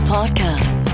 Podcast